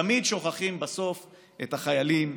תמיד שוכחים בסוף את החיילים,